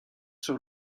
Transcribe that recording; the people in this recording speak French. sur